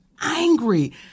angry